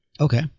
Okay